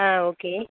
ஆ okay